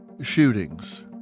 shootings